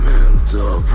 Mental